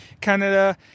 canada